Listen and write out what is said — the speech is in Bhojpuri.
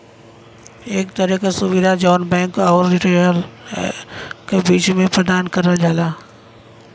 एक तरे क सुविधा जौन बैंक आउर रिटेलर क बीच में प्रदान करल जाला